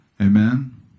Amen